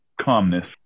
Calmness